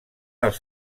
als